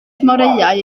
moreau